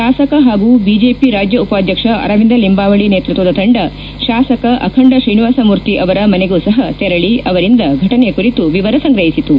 ಶಾಸಕ ಹಾಗೂ ಬಿಜೆಪಿ ರಾಜ್ಯ ಉಪಾಧ್ಯಕ್ಷ ಅರವಿಂದ ನಿಂಬಾವಳಿ ನೇತೃತ್ವದ ತಂಡ ಶಾಸಕ ಅಖಂಡ ಶ್ರೀನಿವಾಸ ಮೂರ್ತಿ ಅವರ ಮನೆಗೂ ಸಹ ತೆರಳಿ ಅವರಿಂದ ಫಟನೆ ಕುರಿತು ವಿವರ ಸಂಗ್ರಹಿಸಿತು